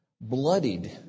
bloodied